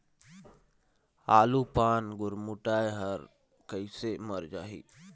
आलू पान गुरमुटाए हर कइसे मर जाही?